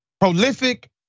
Prolific